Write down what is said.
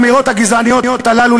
האמירות הגזעניות הללו,